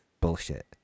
Bullshit